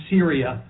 Syria